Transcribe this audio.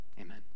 Amen